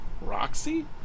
Roxy